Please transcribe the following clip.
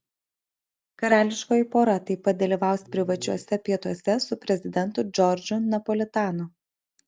karališkoji pora taip pat dalyvaus privačiuose pietuose su prezidentu džordžu napolitanu